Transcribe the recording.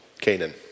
Canaan